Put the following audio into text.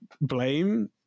blame